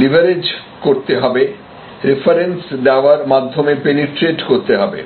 leverage করতে হবে reference দেওয়ার মাধ্যমে পেনিট্রেট করতে হবে